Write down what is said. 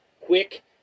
quick